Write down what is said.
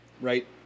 Right